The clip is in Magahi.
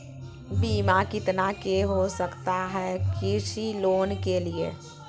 बीमा कितना के हो सकता है कृषि लोन के लिए?